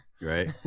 right